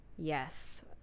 yes